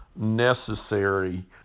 necessary